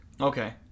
Okay